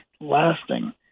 lasting